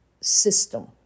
system